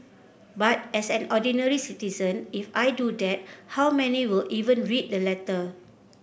but as an ordinary citizen if I do that how many will even read the letter